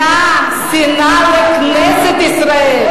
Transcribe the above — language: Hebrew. שנאה לכנסת ישראל,